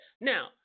now